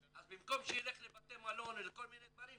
אז במקום שילך לבתי מלון או לדברים כאלה,